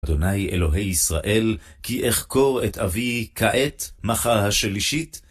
אדוני אלוהי ישראל, כי אחקור את אבי כעת, מחר השלישית,